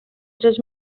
tres